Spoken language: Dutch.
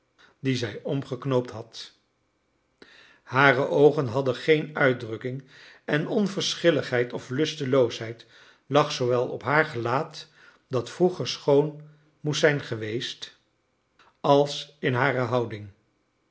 die zij omgeknoopt had hare oogen hadden geen uitdrukking en onverschilligheid of lusteloosheid lag zoowel op haar gelaat dat vroeger schoon moest zijn geweest als in hare houding